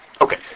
Okay